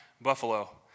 buffalo